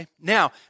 Now